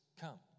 come